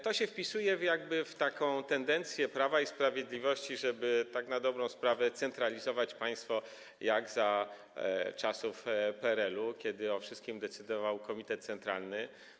To się wpisuje w taką tendencję Prawa i Sprawiedliwości, żeby tak na dobrą sprawę centralizować państwo jak za czasów PRL-u, kiedy o wszystkim decydował komitet centralny.